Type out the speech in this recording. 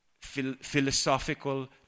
philosophical